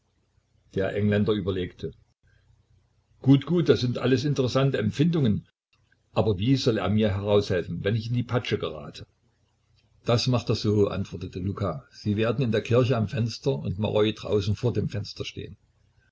der engländer überlegte gut gut das sind alles interessante empfindungen aber wie soll er mir heraushelfen wenn ich in die patsche gerate das macht er so antwortete luka sie werden in der kirche am fenster und maroi draußen vor dem fenster stehen